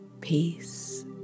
Peace